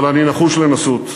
אבל אני נחוש לנסות.